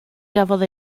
gafodd